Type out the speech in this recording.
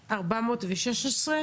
416?